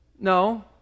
no